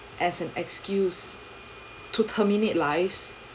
as an excuse to terminate lives